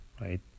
right